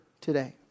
today